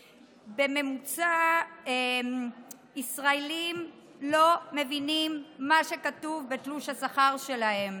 בממוצע ישראלים לא מבינים מה כתוב בתלוש השכר שלהם.